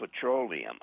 petroleum